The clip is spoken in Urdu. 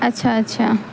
اچھا اچھا